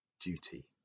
duty